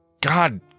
God